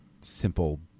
simple